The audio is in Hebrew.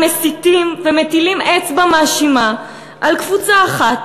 מסיתים ומטילים אצבע מאשימה על קבוצה אחת,